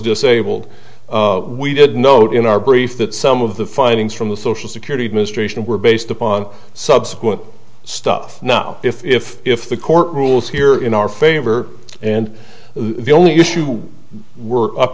disabled we did note in our brief that some of the findings from the social security administration were based upon subsequent stuff not if if the court rules here in our favor and the only issue we were up